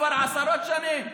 כבר עשרות שנים.